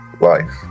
Life